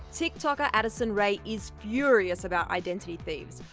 tik tokker addison rae is furious about identity thieves!